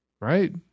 right